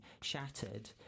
shattered